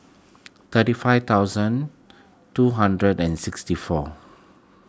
thirty five thousand two hundred and sixty four